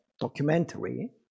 documentary